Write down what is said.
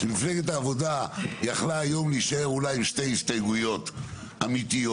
שמפלגת העבודה יכלה היום להישאר אולי עם שתי הסתייגויות אמיתיות,